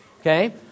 okay